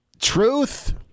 truth